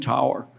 Tower